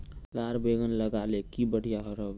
लार बैगन लगाले की बढ़िया रोहबे?